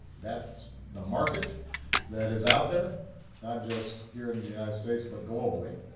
that's the market that is out there not just here in the united states, but globally.